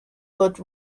put